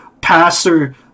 passer